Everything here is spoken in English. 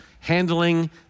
handling